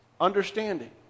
Understanding